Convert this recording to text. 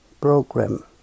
program